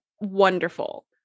wonderful